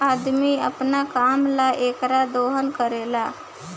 अदमी अपना काम ला एकर दोहन करेला